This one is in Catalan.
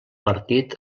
partit